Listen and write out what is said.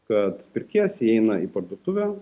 kad pirkėjas įeina į parduotuvę